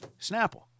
Snapple